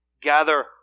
gather